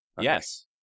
yes